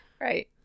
right